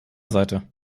seite